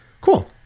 cool